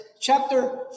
chapter